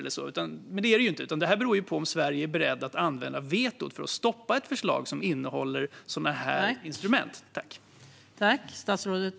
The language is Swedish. Men det är det ju inte, utan det beror på om Sverige är berett att använda vetot för att stoppa ett förslag som innehåller sådana här instrument.